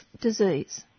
disease